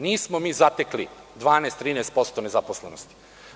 Nismo mi zatekli 12, 13% nezaposlenosti.